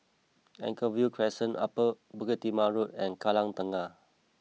Anchorvale Crescent Upper Bukit Timah Road and Kallang Tengah